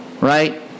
Right